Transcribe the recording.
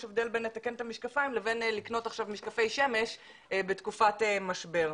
יש הבדל בין לתקן את המשקפיים לבין לקנות עכשיו משקפי שמש בתקופת משבר.